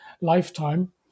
lifetime